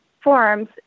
forms